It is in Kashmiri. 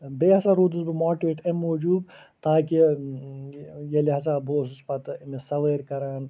ٲں بیٚیہِ ہسا روٗدُس بہٕ مواٹِویٹ اَمہِ موٗجوٗب تاکہِ ییٚلہِ ہسا بہٕ اوسُس پَتہٕ أمِس سَوٲرۍ کران